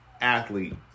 athlete